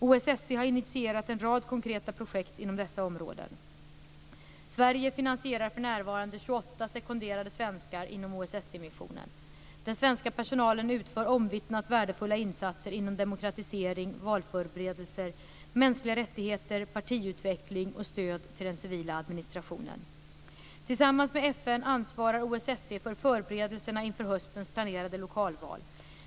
OSSE har initierat en rad konkreta projekt inom dessa områden. Sverige finansierar för närvarande 28 sekonderade svenskar inom OSSE-missionen. Den svenska personalen utför omvittnat värdefulla insatser inom demokratisering, valförberedelser, mänskliga rättigheter, partiutveckling och stöd till den civila administrationen. Tillsammans med FN ansvarar OSSE för förberedelserna inför höstens planerade lokalval.